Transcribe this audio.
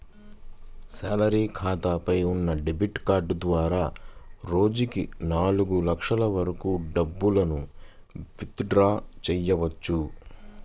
salary ఖాతాపై ఉన్న debit card ద్వారా రోజుకి నాలుగు లక్షల వరకు డబ్బులను విత్ డ్రా చెయ్యవచ్చు